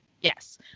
Yes